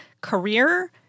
career